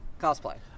cosplay